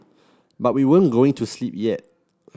but we weren't going to sleep yet